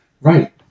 Right